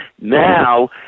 Now